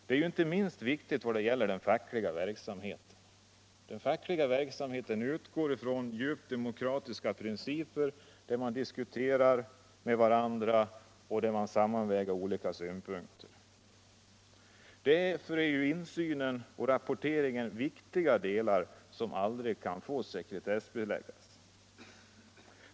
Detta är inte minst viktigt när det gäller den fackliga verksamheten. Denna verksamhet utgår från djupt demokratiska principer, diskussion och sammanvägning av olika synpunkter. Därför är ju insynen och rapporteringen viktiga delar som aldrig får sekretessbeläggas.